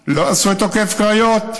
לא עשו את הכביש לערד, לא עשו את עוקף קריות,